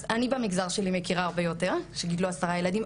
כי אני במגזר שלי מכירה הרבה יותר שגידלו עשרה ילדים,